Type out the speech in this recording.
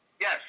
Yes